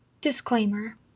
disclaimer